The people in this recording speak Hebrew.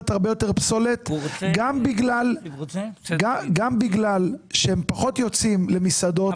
הרבה יותר פסולת גם בגלל שהם פחות יוצאים למסעדות,